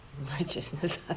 Righteousness